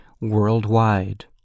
worldwide